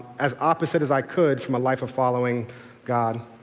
as opposite as i could from a life of following god.